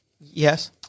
Yes